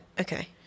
Okay